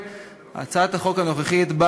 על הצעת החוק הנוכחית,